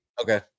okay